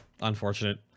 Unfortunate